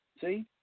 See